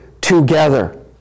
together